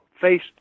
face